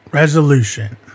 Resolution